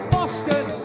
Boston